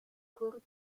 kurze